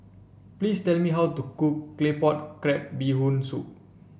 please tell me how to cook Claypot Crab Bee Hoon Soup